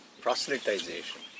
proselytization